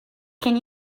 can